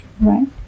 right